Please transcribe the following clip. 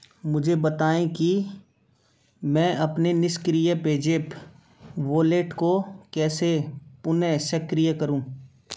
मुझे बताएँ कि मैं अपने निष्क्रिय पेज़ैप वॉलेट को कैसे पुनः सक्रिय करूँ